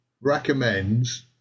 recommends